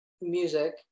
music